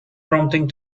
prompting